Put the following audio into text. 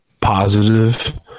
positive